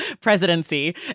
presidency